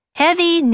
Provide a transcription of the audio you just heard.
heavy